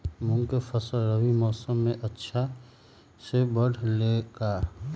मूंग के फसल रबी मौसम में अच्छा से बढ़ ले का?